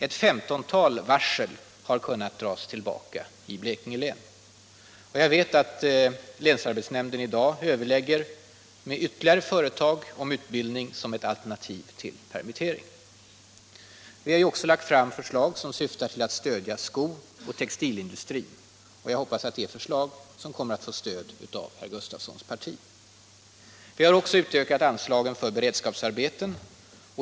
Ett 15-tal varsel har även kunnat dras tillbaka i Blekinge län. Jag vet också att länsarbetsnämnden i dag överlägger med flera företag om utbildning som ett alternativ till permittering. Vi har dessutom lagt fram förslag som syftar till att stödja sko och textilindustrin. Jag hoppas att det är förslag som kommer att få stöd från herr Gustafssons parti. Vidare har vi utökat anslagen för beredskapsarbeten.